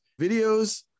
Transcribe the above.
videos